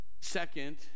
Second